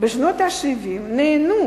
בשנות ה-70 נהנו